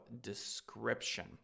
description